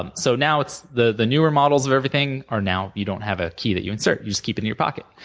um so now, it's the the newer models of everything are now you don't have a key that you insert. you just keep it in your pocket,